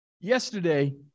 Yesterday